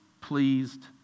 pleased